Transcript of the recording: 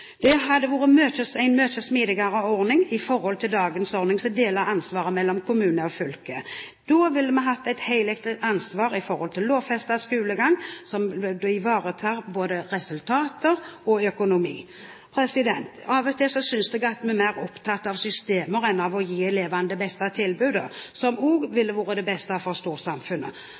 Det hadde vært en mye smidigere ordning enn dagens ordning, som deler ansvaret mellom kommune og fylke. Da ville vi hatt et helhetlig ansvar for lovfestet skolegang som ivaretar både resultater og økonomi. Av og til synes jeg vi er mer opptatt av systemer enn av å gi elevene det beste tilbudet som også ville vært det beste for storsamfunnet.